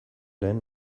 lehen